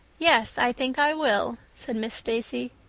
yes, i think i will, said miss stacy.